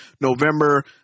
November